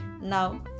Now